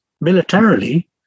militarily